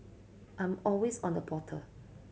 I'm always on the portal